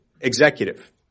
executive